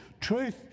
Truth